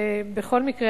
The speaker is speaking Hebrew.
ובכל מקרה,